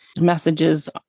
messages